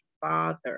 father